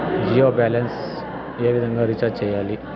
Jio balance ఏ విధంగా recharge సేయాలి?